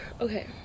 Okay